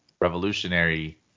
revolutionary